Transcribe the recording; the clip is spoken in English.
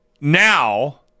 Now